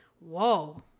whoa